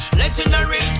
legendary